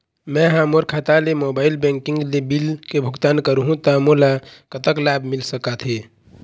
मैं हा मोर खाता ले मोबाइल बैंकिंग ले बिल के भुगतान करहूं ता मोला कतक लाभ मिल सका थे?